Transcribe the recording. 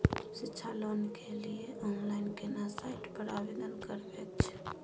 शिक्षा लोन के लिए ऑनलाइन केना साइट पर आवेदन करबैक छै?